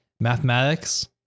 Mathematics